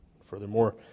Furthermore